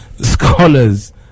scholars